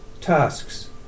tasks